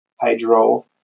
hydro